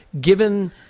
given